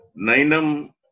Nainam